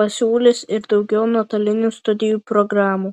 pasiūlys ir daugiau nuotolinių studijų programų